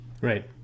Right